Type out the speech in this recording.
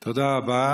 תודה רבה.